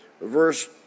verse